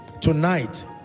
tonight